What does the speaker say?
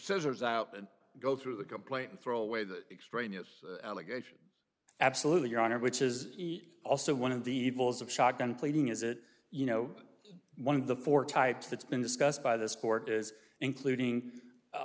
scissors out and go through the complaint and throw away the extraneous allegation absolutely your honor which is also one of the evils of shotgun pleading is it you know one of the four types that's been discussed by this court is including